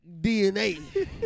DNA